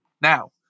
Now